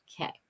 Okay